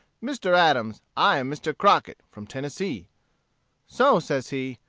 mr. adams, i am mr. crockett, from tennessee so, says he,